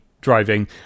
driving